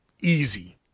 easy